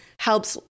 helps